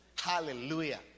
hallelujah